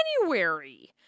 January